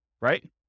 right